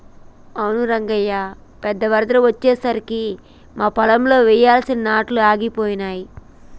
అవును రంగయ్య పెద్ద వరదలు అచ్చెసరికి మా పొలంలో వెయ్యాల్సిన నాట్లు ఆగిపోయాయి